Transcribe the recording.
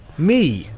me.